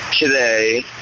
today